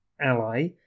ally